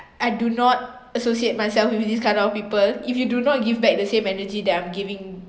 I do not associate myself with this kind of people if you do not give back the same energy that I’m giving